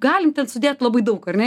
galim ten sudėt labai daug ar ne